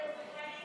ההצעה